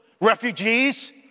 refugees